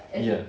ya